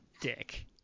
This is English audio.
dick